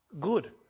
good